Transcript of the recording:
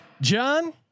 John